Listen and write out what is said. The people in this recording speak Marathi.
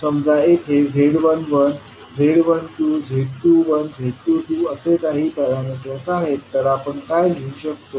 समजा येथे z11z12z21z22असे काही पॅरामीटर्स आहेत तर आपण काय लिहू शकतो